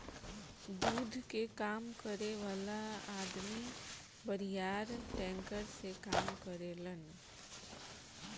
दूध कअ काम करे वाला अदमी बड़ियार टैंकर से काम करेलन